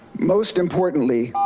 most importantly,